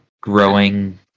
growing